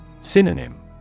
Synonym